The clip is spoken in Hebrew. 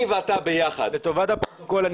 אני ואתה ביחד --- לטובת הפרוטוקול,